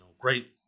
great